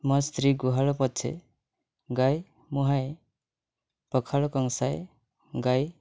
ମୋ ସ୍ତ୍ରୀ ଗୁହାଳ ପୋଛେ ଗାଈ ମୁହାଁଏ ପଖାଳ କଂସାଏ ଗାଈ